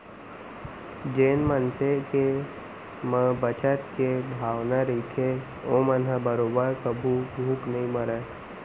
जेन मनसे के म बचत के भावना रहिथे ओमन ह बरोबर कभू भूख नइ मरय